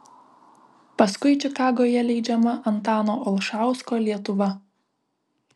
paskui čikagoje leidžiama antano olšausko lietuva